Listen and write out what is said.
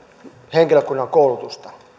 henkilökunnan koulutusta